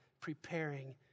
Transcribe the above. preparing